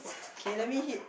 okay let me hit